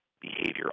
behavior